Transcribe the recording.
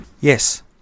Yes